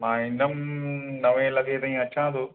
मां ईंदुमि नवे लॻे ताईं अचां थो